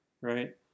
right